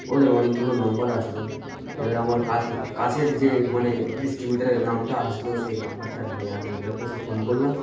ওদের অনেকগুলো নম্বর আসলো এবার আমার কাছে কাছের যে মানে ডিস্ট্রিবিউটারের নামটা আসলো সেই নম্বরটা নিয়ে আমি ওদের কাছে ফোন করলাম